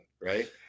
Right